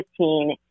2015